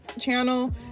channel